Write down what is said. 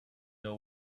know